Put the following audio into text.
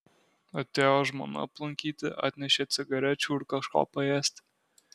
atėjo žmona aplankyti atnešė cigarečių ir kažko paėsti